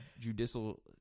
judicial